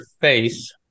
face